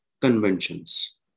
conventions